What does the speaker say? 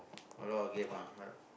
a lot of game ah